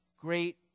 great